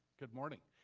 good morning.